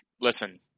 listen